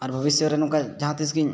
ᱟᱨ ᱵᱷᱚᱵᱤᱥᱚᱛ ᱨᱮ ᱱᱚᱝᱠᱟ ᱡᱟᱦᱟᱸ ᱛᱤᱥ ᱜᱤᱧ